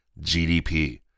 GDP